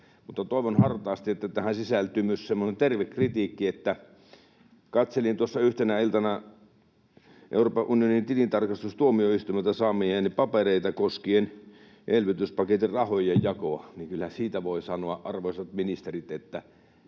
toivon hartaasti, että tähän sisältyy myös semmoinen terve kritiikki. Katselin tuossa yhtenä iltana Euroopan unionin tilintarkastustuomioistuimelta saamiani papereita koskien elvytyspaketin rahojen jakoa, ja kyllä siitä voi sanoa, arvoisat ministerit, että